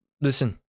listen